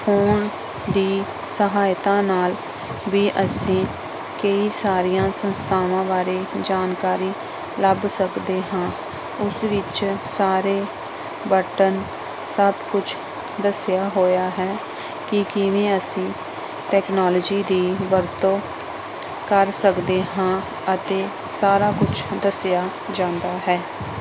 phone ਦੀ ਸਹਾਇਤਾ ਨਾਲ ਵੀ ਅਸੀਂ ਕਈ ਸਾਰੀਆਂ ਸੰਸਥਾਵਾਂ ਬਾਰੇ ਜਾਣਕਾਰੀ ਲੱਭ ਸਕਦੇ ਹਾਂ ਉਸ ਵਿੱਚ ਸਾਰੇ ਬਟਨ ਸਭ ਕੁਛ ਦੱਸਿਆ ਹੋਇਆ ਹੈ ਕਿ ਕਿਵੇਂ ਅਸੀਂ ਟੈਕਨੋਲਜੀ ਦੀ ਵਰਤੋਂ ਕਰ ਸਕਦੇ ਹਾਂ ਅਤੇ ਸਾਰਾ ਕੁਛ ਦੱਸਿਆ ਜਾਂਦਾ ਹੈ